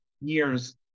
years